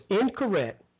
incorrect